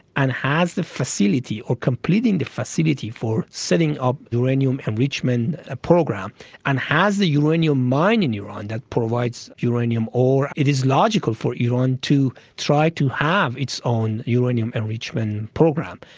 and has the facility of completing the facility for setting up uranium enrichment program and has the uranium mine in iran that provides uranium ore, it is logical for iran to try to have its own uranium enrichment program,